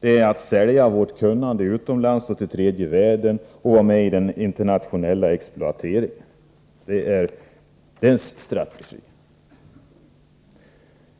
Det är att sälja vårt kunnande utomlands och till tredje världen och vara med i den internationella exploateringen. Det är storfinansens strategi.